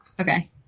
Okay